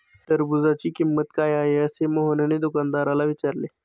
टरबूजाची किंमत काय आहे असे मोहनने दुकानदाराला विचारले?